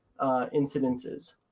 incidences